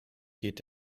geht